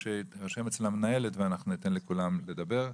שיירשם אצל המנהלת וניתן לכולם לדבר.